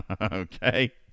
Okay